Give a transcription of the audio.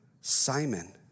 Simon